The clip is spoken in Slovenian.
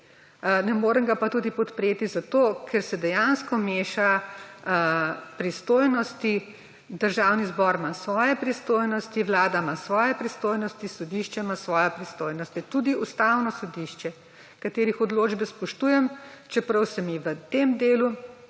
Ne morem ga pa tudi podpreti zato, ker se dejansko mešajo pristojnosti. Državni zbor ima svoje pristojnosti. Vlada ima svoje pristojnosti. Sodišče ima svoje pristojnosti. Tudi Ustavno sodišče, katerega odločbe spoštujem, čeprav se mi v tem delu,